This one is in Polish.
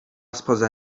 spoza